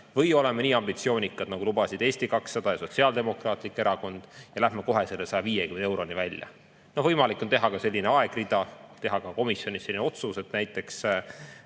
või oleme nii ambitsioonikad, nagu lubasid Eesti 200 ja Sotsiaaldemokraatlik Erakond ja lähme kohe selle 150 euroni välja. Võimalik on teha ka selline aegrida, teha ka komisjonis selline otsus, et näiteks